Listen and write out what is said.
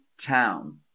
town